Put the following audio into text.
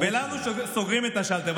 ולנו סוגרים את השלטר.